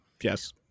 Yes